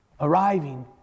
arriving